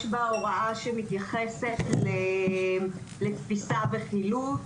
יש בה הוראה שמתייחסת לתפיסה וחילוט.